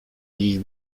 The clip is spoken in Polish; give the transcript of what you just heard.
dzisiaj